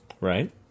Right